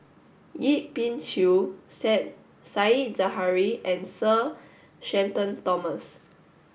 Yip Pin Xiu said Zahari and Sir Shenton Thomas